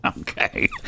Okay